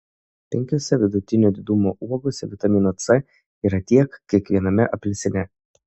penkiose vidutinio didumo uogose vitamino c yra tiek kiek viename apelsine